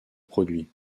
produits